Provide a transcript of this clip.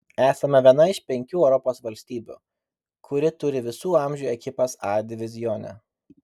esame viena iš penkių europos valstybių kuri turi visų amžių ekipas a divizione